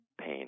pain